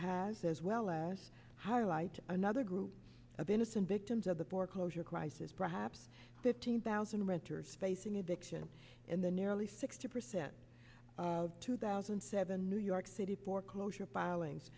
has as well as highlight another group of innocent victims of the foreclosure crisis perhaps fifteen thousand renters facing eviction in the nearly sixty percent two thousand and seven new york city foreclosure filings